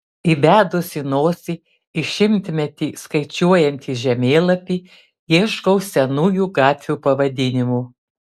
įbedusi nosį į šimtmetį skaičiuojantį žemėlapį ieškau senųjų gatvių pavadinimų